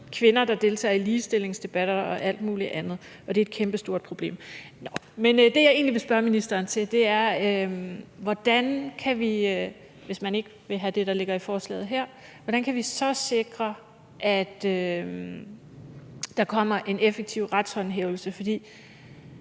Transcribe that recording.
kvinder, der deltager i ligestillingsdebatter, og alle mulige andre, og det er et kæmpestort problem. Men det, jeg egentlig vil spørge ministeren til, er, hvordan vi kan sikre, hvis man ikke vil have det, der ligger i forslaget her, at der kommer en effektiv retshåndhævelse. For